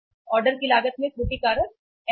order की लागत में त्रुटि कारक N है